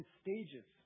stages